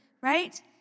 right